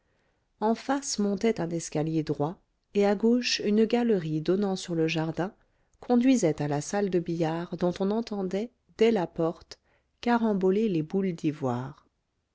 en face montait un escalier droit et à gauche une galerie donnant sur le jardin conduisait à la salle de billard dont on entendait dès la porte caramboler les boules d'ivoire